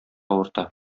авырта